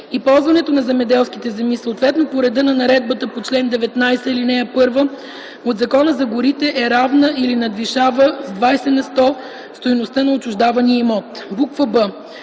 и ползването на земеделските земи, съответно по реда на наредбата по чл. 19, ал. 1 от Закона за горите е равна или надвишава с до 20 на сто стойността на отчуждавания имот.” б) в т.